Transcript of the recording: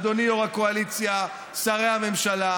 אדוני יו"ר הקואליציה, שרי הממשלה,